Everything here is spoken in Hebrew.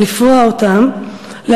לפרוע אותם,